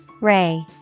Ray